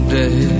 day